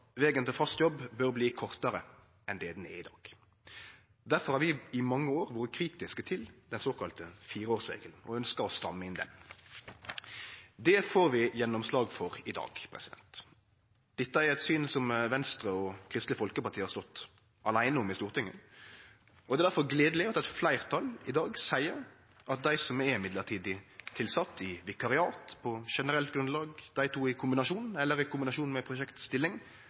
vegen til fast jobb bør bli kortare enn det han er i dag. Derfor har vi i mange år vore kritiske til den såkalla fireårsregelen og ønskjer å stramme inn den. Det får vi gjennomslag for i dag. Dette er eit syn som Venstre og Kristeleg Folkeparti har stått aleine om i Stortinget, og det er derfor gledeleg at eit fleirtal i dag seier at dei som er mellombels tilsette, i vikariat, på generelt grunnlag – dei to i kombinasjon, eller i kombinasjon med ei prosjektstilling